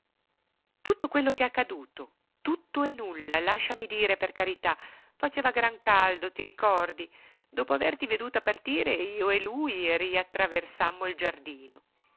tutto quello che è accaduto tutto e nulla lasciami dire per carità faceva gran caldo ti ricordi dopo averti veduta partire io e lui riattraversammo il giardino